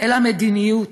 אלא מדיניות,